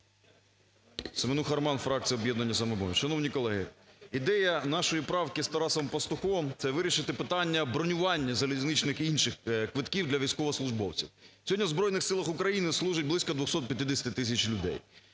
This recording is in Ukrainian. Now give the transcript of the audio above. Семенуха роман, фракція "Об'єднання "Самопоміч". Шановні колеги, ідея нашої правки з Тарасом Пастухом – це вирішити питання бронювання залізничних і інших квитків для військовослужбовців. Сьогодні в Збройних Силах України служать близько 250 тисяч людей.